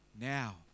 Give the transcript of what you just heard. now